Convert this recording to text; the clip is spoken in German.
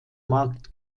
markt